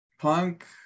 Punk